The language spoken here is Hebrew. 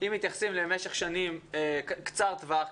אם מתייחסים למשך שנים קצר טווח,